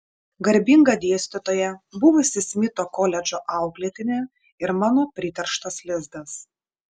garbinga dėstytoja buvusi smito koledžo auklėtinė ir mano priterštas lizdas